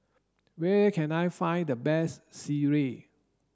where can I find the best Sireh